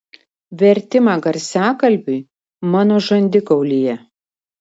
vertimą garsiakalbiui mano žandikaulyje